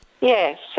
Yes